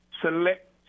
select